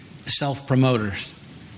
self-promoters